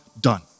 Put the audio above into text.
done